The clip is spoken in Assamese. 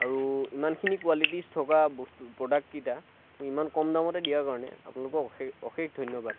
আৰু ইমানখিনি কোৱালিটিজ থকা বস্তু প্ৰডাক্টকেইটা ইমান কম দামতে দিয়াৰ কাৰণে আপোনালোকক অশেষ অশেষ ধন্যবাদ